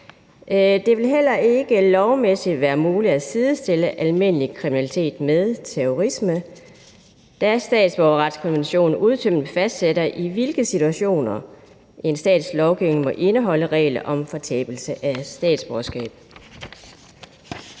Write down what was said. Det vil heller ikke lovmæssigt være muligt at sidestille almindelig kriminalitet med terrorisme, da statsborgerretskonventionen udtømmende fastsætter, i hvilke situationer en stats lovgivning må indeholde regler om fortabelse af statsborgerskab.